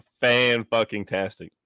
fan-fucking-tastic